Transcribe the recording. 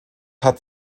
hat